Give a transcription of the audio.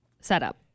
setup